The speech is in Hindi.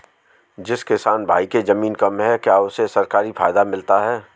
जिस किसान भाई के ज़मीन कम है क्या उसे सरकारी फायदा मिलता है?